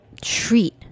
treat